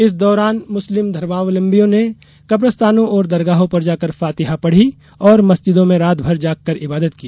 इस दौरान मुस्लिम धर्मावलंबियों न कब्रस्तानों और दरगाहों पर जाकर फातिहा पढ़ीं और मस्जिदों में रात भर जागकर इबादत की